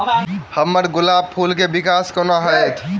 हम्मर गुलाब फूल केँ विकास कोना हेतै?